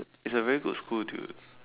it is a very good school to